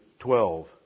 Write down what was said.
12